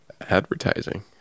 advertising